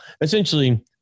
Essentially